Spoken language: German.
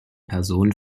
personen